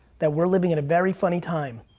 that we're living in a very funny time.